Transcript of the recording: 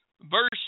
verse